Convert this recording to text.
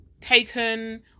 taken